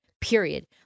period